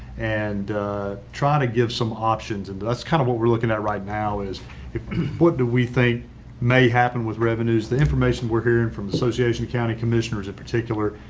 and try to give some options and that's kind of what we're looking at right now is if what do we think may happen with revenues? the information we're hearing from association county commissioners in particular,